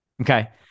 Okay